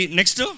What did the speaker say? Next